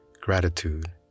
Gratitude